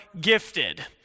Gifted